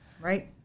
right